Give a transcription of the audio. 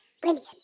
brilliant